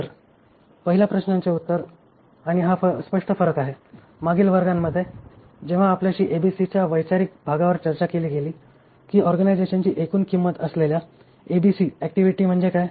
तर पहिल्या प्रश्नाचे हे उत्तर आणि हा स्पष्ट फरक आहे मागील वर्गांमध्ये जेव्हा आपल्याशी एबीसीच्या वैचारिक भागावर चर्चा केली गेली की ऑर्गनायझेशनची एकूण किंमत असलेल्या एबीसी ऍक्टिव्हिटी म्हणजे काय